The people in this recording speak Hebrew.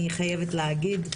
אני חייבת להגיד,